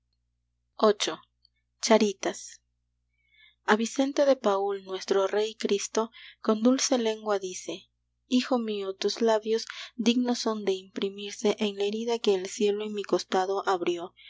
viii charitas a vicente de paúl nuestro rey cristo con dulce lengua dice hijo mío tus labios dignos son de imprimirse en la herida que el ciego en mi costado abrió